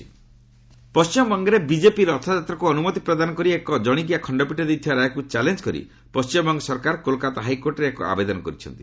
ଡବୂବି ଏଚ୍ସି ୟାତ୍ରା ପଶ୍ଚିମବଙ୍ଗରେ ବିଜେପି ରଥଯାତ୍ରାକୁ ଅନୁମତି ପ୍ରଦାନ କରି ଏକ ଜଶିକିଆ ଖଣ୍ଡପୀଠ ଦେଇଥିବା ରାୟକୁ ଚାଲେଞ୍ଜ କରି ପଶ୍ଚିମବଙ୍ଗ ସରକାର କୋଲକାତା ହାଇକୋର୍ଟରେ ଏକ ଆବେଦନ କରିଛନ୍ତି